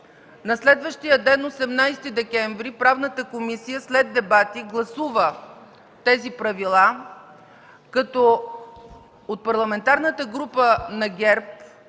На следващия ден Правната комисия след дебати гласува тези правила, като от Парламентарната група на ГЕРБ